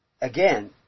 again